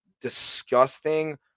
disgusting